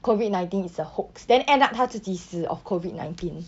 COVID nineteen is a hoax then end up 他自己死 of COVID nineteen